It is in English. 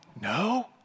No